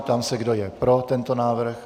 Ptám se, kdo je pro tento návrh.